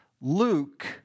Luke